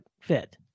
fit